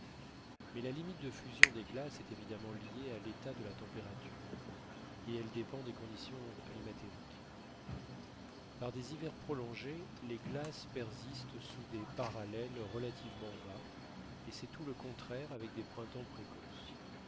mais la limite de fusion des glaces est évidemment liée à l'état de la température et elle dépend des conditions climatériques par des hivers prolongés les glaces persistent sous des parallèles relativement bas et c'est tout le contraire avec des printemps précoces